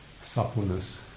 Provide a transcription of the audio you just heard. suppleness